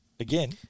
Again